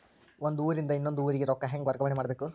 ಒಂದ್ ಊರಿಂದ ಇನ್ನೊಂದ ಊರಿಗೆ ರೊಕ್ಕಾ ಹೆಂಗ್ ವರ್ಗಾ ಮಾಡ್ಬೇಕು?